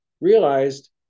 realized